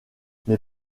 mes